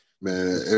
Man